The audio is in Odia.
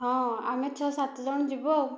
ହଁ ଆମେ ଛଅ ସାତଜଣ ଯିବୁ ଆଉ